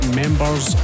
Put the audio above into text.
members